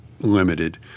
limited